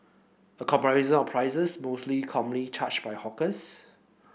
a comparison of prices mostly commonly charged by hawkers